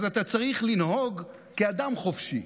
אז אתה צריך לנהוג כאדם חופשי,